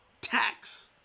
tax